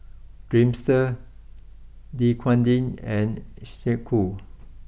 Dreamster Dequadin and Snek Ku